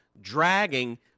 dragging